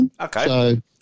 Okay